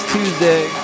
Tuesday